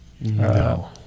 no